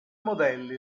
modelli